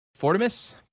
Fortimus